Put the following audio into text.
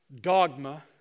dogma